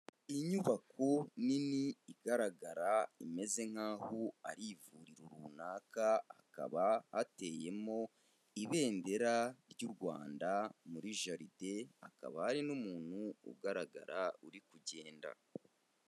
Inyubako nini igaragara imeze nk'aho ari ivuriro runaka, hakaba hateyemo ibendera ry'u Rwanda muri jaride, hakaba hari n'umuntu ugaragara uri kugenda.